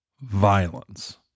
Violence